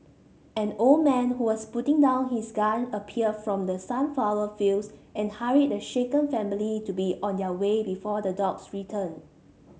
an old man who was putting down his gun appeared from the sunflower fields and hurried the shaken family to be on their way before the dogs return